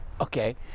okay